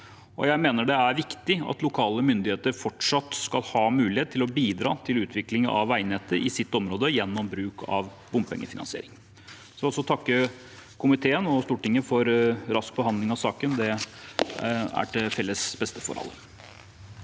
Jeg mener det er viktig at lokale myndigheter fortsatt skal ha mulighet til å bidra til utvikling av veinettet i sitt område gjennom bruk av bompengefinansiering. Jeg vil takke komiteen og Stortinget for rask behandling av saken. Det er til beste for alle.